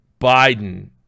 Biden